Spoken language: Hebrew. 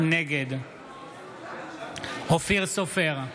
נגד אופיר סופר,